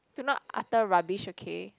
do not utter rubbish okay